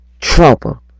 trouble